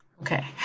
Okay